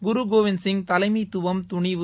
குருகோவிந்த் சிங் தலைமைத்துவம் துணிவு